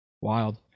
wild